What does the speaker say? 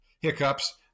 hiccups